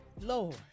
Lord